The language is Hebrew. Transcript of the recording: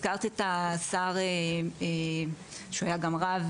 הזכרת את השר שהוא היה גם רב,